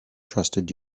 trusted